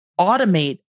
automate